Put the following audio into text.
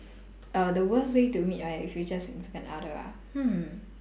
err the worst way to meet my future significant other ah hmm